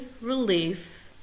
relief